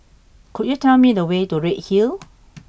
could you tell me the way to Redhill